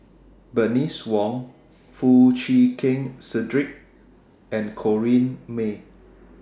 Bernice Wong Foo Chee Keng Cedric and Corrinne May